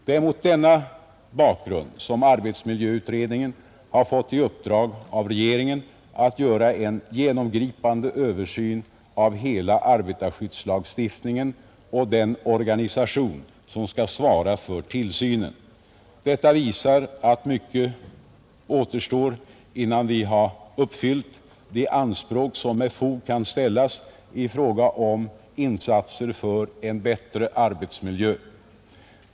Det är mot denna bakgrund som arbetsmiljöutredningen har fått i uppdrag av regeringen att göra en genomgripande översyn av hela arbetarskyddslagstiftningen och den organisation som skall svara för tillsynen. Detta visar att mycket återstår innan vi har uppfyllt de anspråk som med fog kan ställas i fråga om insatser för en bättre arbetsmiljö.